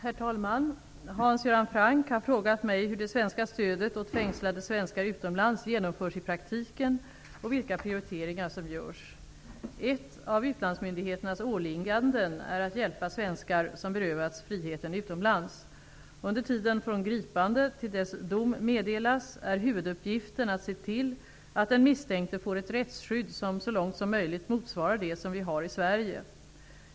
Herr talman! Hans Göran Franck har frågat mig hur det svenska stödet åt fängslade svenskar utomlands genomförs i praktiken och vilka prioriteringar som görs. Ett av utlandsmyndigheternas åligganden är att hjälpa svenskar som berövats friheten utomlands. Under tiden från gripande till dess dom meddelas är huvuduppgiften att se till att den misstänkte får ett rättsskydd som så långt som möjligt motsvarar det som vi har i Sverige.